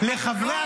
לא,